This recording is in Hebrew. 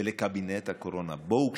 ולקבינט הקורונה: בואו,